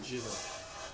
gin ah